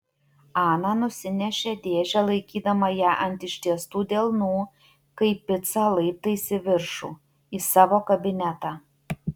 ana nusinešė dėžę laikydama ją ant ištiestų delnų kaip picą laiptais į viršų į savo kabinetą